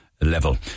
level